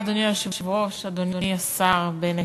אדוני היושב-ראש, אדוני השר בנט,